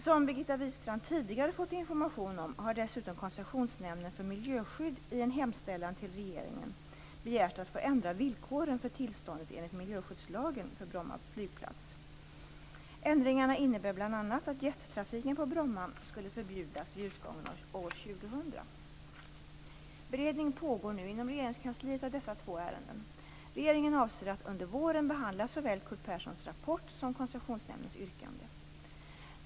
Som Birgitta Wistrand tidigare fått information om har dessutom Koncessionsnämnden för miljöskydd i en hemställan till regeringen Beredning pågår nu inom Regeringskansliet av dessa två ärenden. Regeringen avser att under våren behandla såväl Curt Perssons rapport som Koncessionsnämndens yrkande.